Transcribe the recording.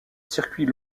circuit